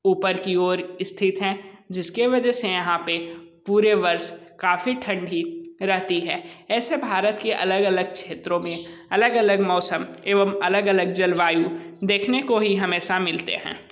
ऊपर की ओर स्थित हैं जिसके वजह से यहाँ पे पूरे वर्ष काफ़ी ठंढी रहती है ऐसे भारत के अलग अलग क्षेत्रों में अलग अलग मौसम एवं अलग अलग जलवायु देखने को ही हमेशा मिलते हैं